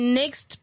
next